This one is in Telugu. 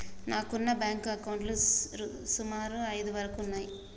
నాకున్న బ్యేంకు అకౌంట్లు సుమారు ఐదు వరకు ఉన్నయ్యి